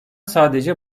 sadece